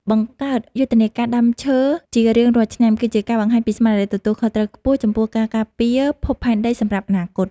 បង្កើតយុទ្ធនាការដាំឈើជារៀងរាល់ឆ្នាំគឺជាការបង្ហាញពីស្មារតីទទួលខុសត្រូវខ្ពស់ចំពោះការការពារភពផែនដីសម្រាប់អនាគត។